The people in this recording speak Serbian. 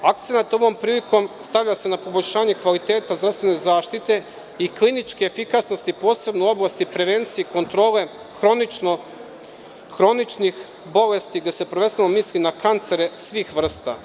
Akcenat, ovom prilikom, stavlja se na poboljšanje kvaliteta zdravstvene zaštite i kliničke efikasnosti, posebno u oblasti prevencije, kontrole hroničnih bolesti, gde se prvenstveno misli na kancere svih vrsta.